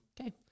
Okay